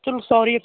ਚਲੋ ਸੌਰੀ